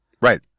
right